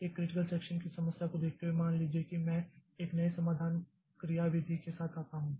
एक critical section की समस्या को देखते हुए मान लीजिए कि मैं एक नए समाधान क्रियाविधि के साथ आता हूं